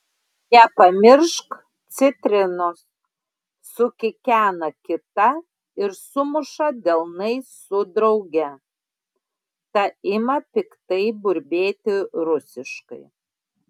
nepamiršk citrinos sukikena kita ir sumuša delnais su drauge ta ima piktai burbėti rusiškai